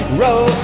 road